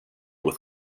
with